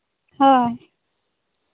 ᱦᱳᱭ